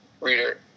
reader